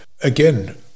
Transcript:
again